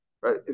right